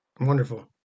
Wonderful